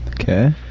Okay